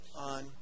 on